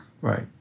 Right